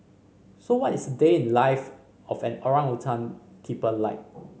so what is a day in the life of an orangutan keeper like